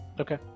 Okay